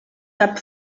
cap